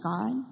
God